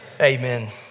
amen